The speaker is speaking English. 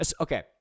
Okay